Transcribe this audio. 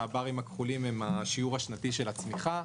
העמודות הכחולות הן השיעור השנתי של הצמיחה.